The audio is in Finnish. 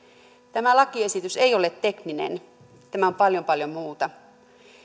tämä lakiesitys ei ole tekninen tämä on paljon paljon muuta